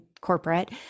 corporate